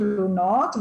תלונות,